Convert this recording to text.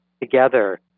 together